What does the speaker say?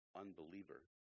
unbeliever